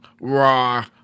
raw